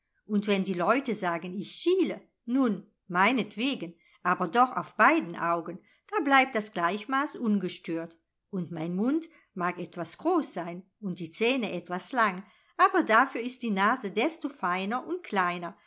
und wenn die leute sagen ich schiele nun meinetwegen aber doch auf beiden augen da bleibt das gleichmaß ungestört und mein mund mag etwas groß sein und die zähne etwas lang aber dafür ist die nase desto feiner und kleiner